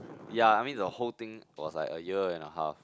ya I mean the whole thing was like a year and a half